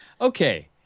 Okay